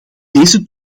deze